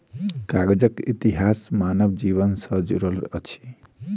कागजक इतिहास मानव जीवन सॅ जुड़ल अछि